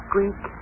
Greek